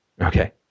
Okay